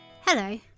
Hello